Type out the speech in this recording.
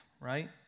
right